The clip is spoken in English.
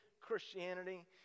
Christianity